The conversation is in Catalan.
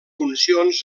funcions